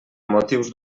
motius